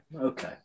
Okay